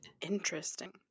interesting